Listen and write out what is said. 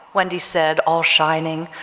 wendy said all shining,